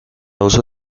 uso